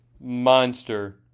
Monster